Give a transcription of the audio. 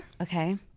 Okay